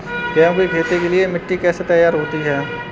गेहूँ की खेती के लिए मिट्टी कैसे तैयार होती है?